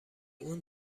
اون